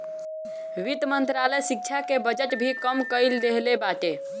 वित्त मंत्रालय शिक्षा के बजट भी कम कई देहले बाटे